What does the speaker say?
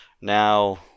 now